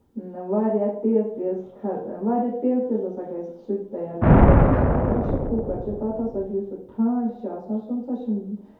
واریاہ تیز تیز واریاہ تیز تیز ہسا گژھِ سُہ تہِ تَیار تِکیازِ یُس ہسا پریشَر کُکَر چھُ تَتھ ہسا چھُ یُس سُہ ٹھانڈ چھُ آسان سُہ نسا چھُنہٕ